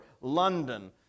London